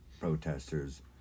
protesters